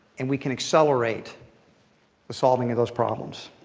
and we can accelerate the solving of those problems.